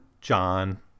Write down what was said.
John